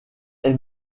est